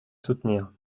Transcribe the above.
soutenir